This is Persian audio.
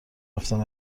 رفتم